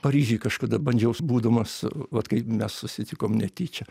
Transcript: paryžiuj kažkada bandžiau būdamas vat kai mes susitikom netyčia